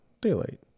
Daylight